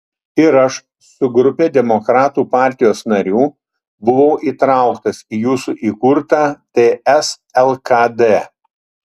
ir aš su grupe demokratų partijos narių buvau įtrauktas į jūsų įkurtą ts lkd